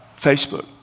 Facebook